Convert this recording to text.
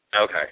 Okay